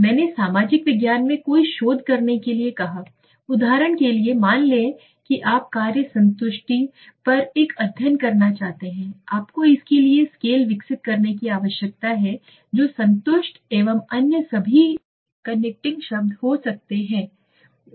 मैंने सामाजिक विज्ञान में कोई शोध करने के लिए कहा उदाहरण के लिए मान लें कि आप कार्य संतुष्टि पर एक अध्ययन करना चाहते हैं आपको इसके लिए स्केल विकसित करने की आवश्यकता है जो संतुष्टि एवं अन्य सभी कनेक्टिंग शब्द हो सकते हैं